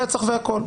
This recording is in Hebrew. רצח וכו'.